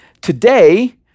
Today